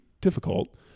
difficult